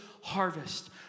harvest